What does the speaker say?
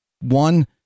one